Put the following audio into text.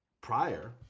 Prior